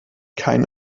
kein